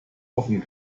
offen